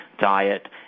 diet